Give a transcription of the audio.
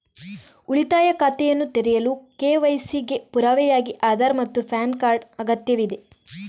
ಉಳಿತಾಯ ಖಾತೆಯನ್ನು ತೆರೆಯಲು ಕೆ.ವೈ.ಸಿ ಗೆ ಪುರಾವೆಯಾಗಿ ಆಧಾರ್ ಮತ್ತು ಪ್ಯಾನ್ ಕಾರ್ಡ್ ಅಗತ್ಯವಿದೆ